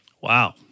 wow